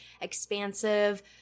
expansive